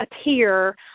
appear